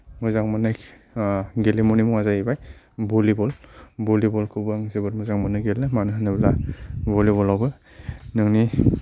मोजां मोन्नाय गेलेमुनि मुंआ जाहैबाय भलिबल भलिबलखौबो आं जोबोद मोजां मोनो गेलेनो मानो होनोब्ला भलिबलावबो नोंनि